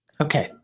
Okay